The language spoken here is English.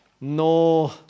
no